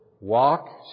walk